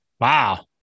Wow